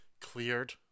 cleared